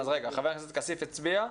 אז חבר הכנסת כסיף הצביע,